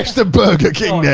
the burger king yeah